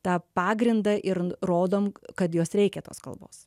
tą pagrindą ir rodom kad jos reikia tos kalbos